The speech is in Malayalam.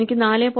എനിക്ക് 4